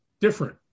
different